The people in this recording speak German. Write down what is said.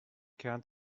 kern